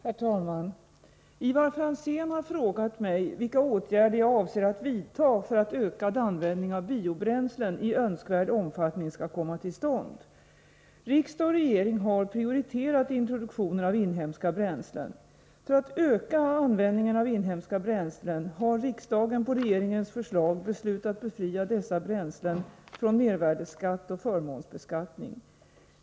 Herr talman! Ivar Franzén har frågat mig vilka åtgärder jag avser att vidta för att ökad användning av biobränslen i önskvärd omfattning skall komma till stånd. Riksdag och regering har prioriterat introduktionen av inhemska bränslen. För att öka användningen av inhemska bränslen har riksdagen på regeringens förslag beslutat befria dessa bränslen från mervärdeskatt och förmånsbeskattning.